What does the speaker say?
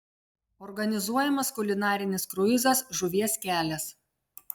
organizuojamas kulinarinis kruizas žuvies kelias